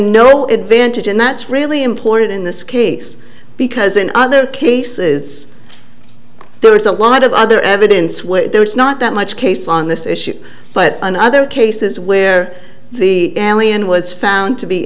been no advantage and that's really important in this case because in other cases there's a lot of other evidence which there is not that much case on this issue but in other cases where the alley and was found to be